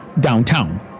downtown